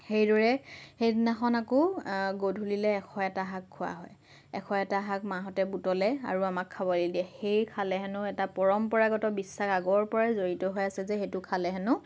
সেইদৰে সেইদিনাখন আকৌ গধূলিলৈ এশ এটা শাক খোৱা হয় এশ এটা শাক মাহঁতে বুটলে আৰু আমাক খাবলৈ দিয়ে সেই খালে হেনো এটা পৰম্পৰাগত বিশ্বাস আগৰ পৰাই জড়িত হৈ আছে যে সেইটো খালে হেনো